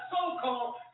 so-called